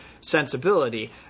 sensibility